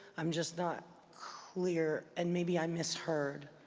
i'm just not clear. and maybe i misheard.